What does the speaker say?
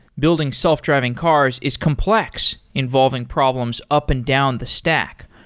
building self-driving cars is complex involving problems up and down the stack.